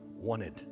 Wanted